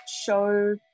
show